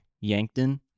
Yankton